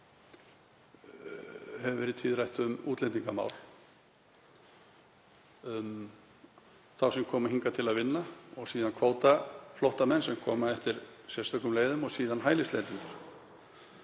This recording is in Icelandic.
hefur orðið tíðrætt um útlendingamál, um þá sem koma hingað til að vinna, og síðan kvótaflóttamenn, sem koma eftir sérstökum leiðum, og svo hælisleitendur,